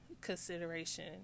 consideration